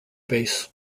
base